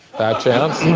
fat chance